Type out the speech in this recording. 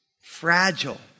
fragile